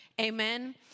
Amen